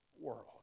world